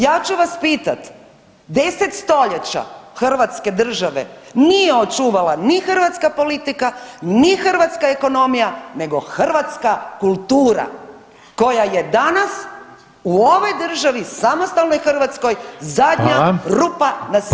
Ja ću vas pitati, 10 stoljeća Hrvatske države nije očuvala ni hrvatska politika, ni hrvatska ekonomija nego hrvatska kultura koja je danas u ovoj državi, samostalnoj Hrvatskoj zadnja rupa na svirali.